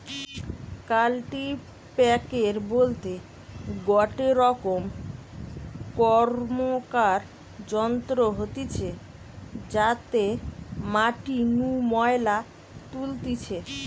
কাল্টিপ্যাকের বলতে গটে রকম র্কমকার যন্ত্র হতিছে যাতে মাটি নু ময়লা তুলতিছে